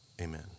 Amen